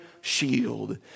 shield